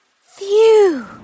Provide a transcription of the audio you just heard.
Phew